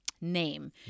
name